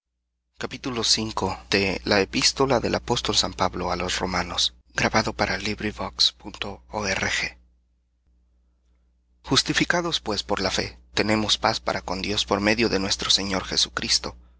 justifica justificados pues por la fe tenemos paz para con dios por medio de nuestro señor jesucristo